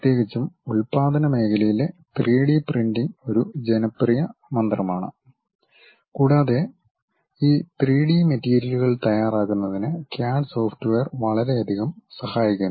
പ്രത്യേകിച്ചും ഉൽപാദന മേഖലയിലെ 3 ഡി പ്രിന്റിംഗ് ഒരു ജനപ്രിയ മന്ത്രമാണ് കൂടാതെ ഈ 3 ഡി മെറ്റീരിയലുകൾ തയ്യാറാക്കുന്നതിന് ക്യാഡ് സോഫ്റ്റ്വെയർ വളരെയധികം സഹായിക്കുന്നു